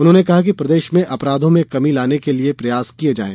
उन्होंने कहा कि प्रदेश में अपराधों में कमी लाने के प्रयास किये जायें